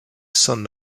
son